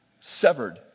severed